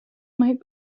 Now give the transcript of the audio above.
might